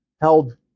held